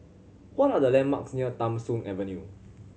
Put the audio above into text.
what are the landmarks near Tham Soong Avenue